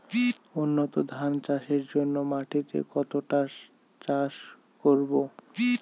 উন্নত ধান চাষের জন্য মাটিকে কতটা চাষ করব?